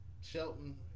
Shelton